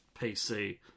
PC